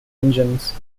engines